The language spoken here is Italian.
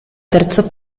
terzo